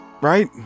right